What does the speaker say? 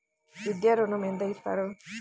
విద్యా ఋణం ఎంత ఇస్తారు?